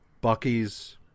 bucky's